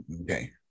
Okay